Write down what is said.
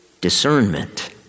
discernment